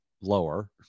lower